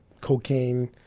cocaine